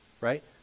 right